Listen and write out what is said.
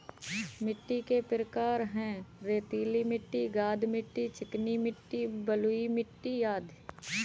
मिट्टी के प्रकार हैं, रेतीली मिट्टी, गाद मिट्टी, चिकनी मिट्टी, बलुई मिट्टी अदि